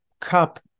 Cup